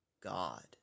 God